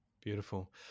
Beautiful